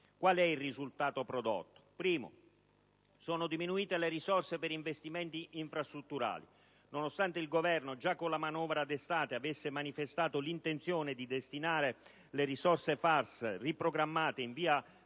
Qual è il risultato prodotto? In primo luogo, sono diminuite le risorse per investimenti infrastrutturali, nonostante il Governo già con la manovra d'estate avesse manifestato l'intenzione di destinare le risorse FAS riprogrammate in via